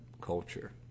culture